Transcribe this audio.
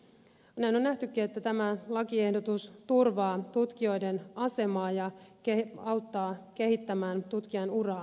näin on nähtykin että tämä lakiehdotus turvaa tutkijoiden asemaa ja auttaa kehittämään tutkijan uraa pitkäjänteisesti